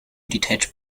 detach